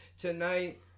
tonight